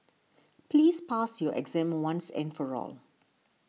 please pass your exam once and for all